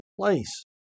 place